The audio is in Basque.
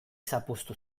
zapuztu